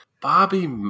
Bobby